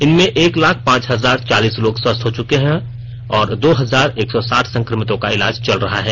इनमें एक लाख पांच हजार चालीस लोग स्वस्थ हो चुके हैं और दो हजार एक सौ साठ संक्रमितों का इलाज चल रहा है